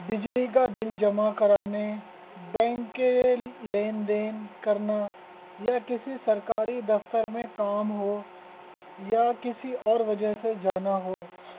بجلی کا بل جمع کرانے بینک کے لین دین کرنا یا کسی سرکاری دفتر میں کام ہو یا کسی اور وجہ سے جانا ہو